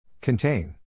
Contain